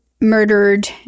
murdered